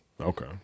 Okay